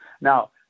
Now